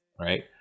right